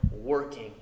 working